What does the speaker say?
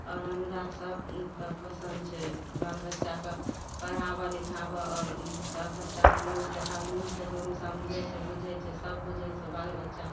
आओर हमरासब ई कऽ पसन्द छै बाल बच्चाके पढ़ाबऽ लिखाबऽ आओर ईसब बच्चाके न्यूज देखाबऽ न्यूज देखबयमे समझय छै बुझय छै सब बुझय छै बाल बच्चा